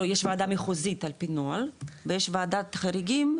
לא, יש וועדה מחוזית על פי נוהל ויש וועדת חריגים.